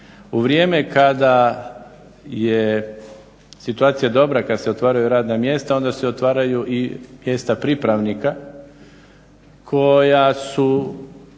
U vrijeme kada je situacija dobra kada se otvaraju radna mjesta onda se otvaraju i mjesta pripravnika koja su